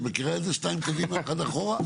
את מכירה את זה, שניים קדימה, אחד אחורה?